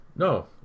No